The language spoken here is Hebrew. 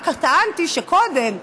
רק טענתי שקודם,